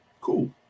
Cool